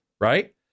right